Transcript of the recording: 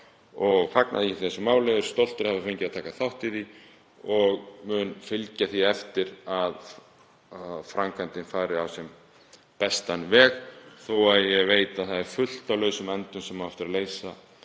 Ég fagna þessu máli, er stoltur af að hafa fengið að taka þátt í því og mun fylgja því eftir að framkvæmdin fari á sem besta veg. Ég veit að það er fullt af lausum endum sem á eftir að hnýta